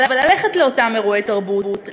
אבל ללכת לאותם אירועי תרבות,